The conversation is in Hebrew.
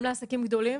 גם לעסקים גדולים?